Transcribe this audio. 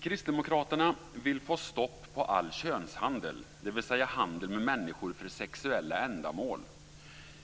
Kristdemokraterna vill få stopp på all könshandel, dvs. handeln med människor för sexuella ändamål.